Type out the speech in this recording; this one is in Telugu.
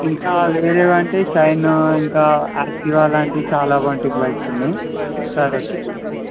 ఇంకా వేరేవి అంటే షైన్ ఇంకా యాక్టీవా లాంటి చాలా మంటికి బైక్స్ ఉన్నాయి ఒకసారి వచ్చి చూడండి